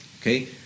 Okay